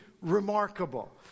remarkable